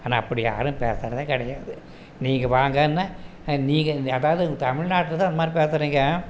ஆனால் அப்படி யாரும் பேசறதே கிடையாது நீங்கள் வாங்கன்னா நீங்கள் அதாவது தமிழ்நாட்டில்தான் இந்தமாதிரி பேசுறீங்க